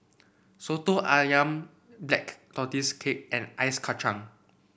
Soto ayam Black Tortoise Cake and Ice Kachang